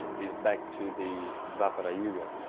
is back to the dwapara yuga.